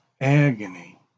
agony